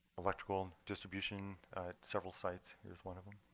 electrical distribution at several sites. here's one of them.